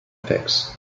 fix